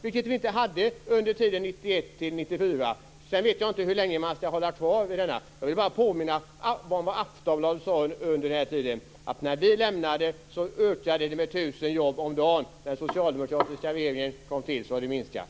Det hade vi inte under perioden 1991-1994. Jag vet inte hur länge man skall hålla kvar vid detta. Jag vill bara påminna om vad som sades i Aftonbladet om den här tiden, nämligen att när vi lämnade makten var det en ökning med 1 000 jobb om dagen. Sedan den socialdemokratiska regeringen kom till har det minskat.